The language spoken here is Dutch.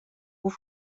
hoe